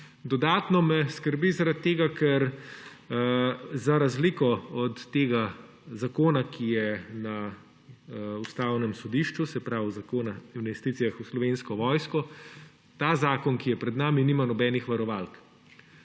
Dodatno me skrbi zaradi tega, ker za razliko od zakona, ki je na Ustavnem sodišču, se pravi zakona o investicijah v Slovenski vojski, zakon, ki je pred nami, nima nobenih varovalk.